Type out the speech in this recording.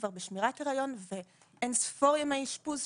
כבר הייתי בשמירת הריון ואין ספור ימי אשפוז.